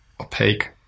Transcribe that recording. opaque